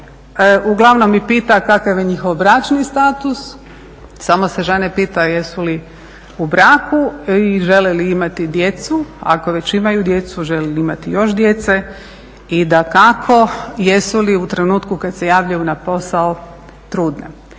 uglavnom i pita kakav je njihov bračni status, samo se žene pita jesu li u braku i žele li imati djecu, ako već imaju djecu žele li imati još djece i dakako jesu li u trenutku kad se javljaju na posao trudne.